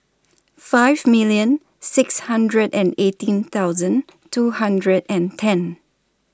five million six hundred and eighteen thousand two hundred and ten